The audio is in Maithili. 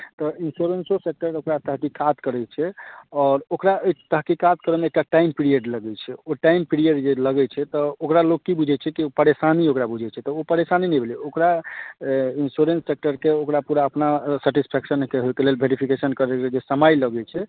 तऽ इन्स्योरेन्सो सेक्टर ओकरा तहकीकात करैत छै आओर ओकरा एहि तहकीकात करयमे एकटा टाइम पीरियड लगैत छै ओ टाइम पीरियड जे लगैत छै तऽ ओकरा लोक की बुझैत छै कि परेशानी ओकरा बुझैत छै तऽ ओ परेशानी नहि भेलै ओकरा इन्स्योरेन्स सेक्टरके ओकरा पूरा अपना सटिस्फैक्शन होयके लेल वेरिफिकेशनके लेल जे समय लगैत छै